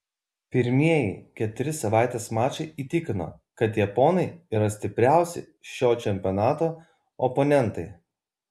pirmieji keturi savaitės mačai įtikino kad japonai yra stipriausi šio čempionato oponentai